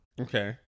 Okay